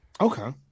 Okay